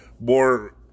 more